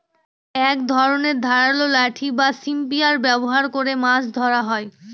এক ধরনের ধারালো লাঠি বা স্পিয়ার ব্যবহার করে মাছ ধরা হয়